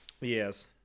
Yes